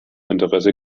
interesse